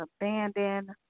abandoned